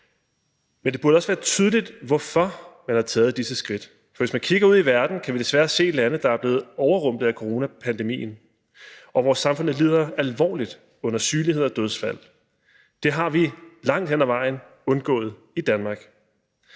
Men det burde også være tydeligt, hvorfor disse skridt er taget, for hvis man kigger ud i verden, kan vi desværre se lande, der er blevet overrumplet af coronapandemien, og hvor samfundene lider alvorligt under sygelighed og dødsfald. Det har vi langt hen ad vejen undgået i Danmark.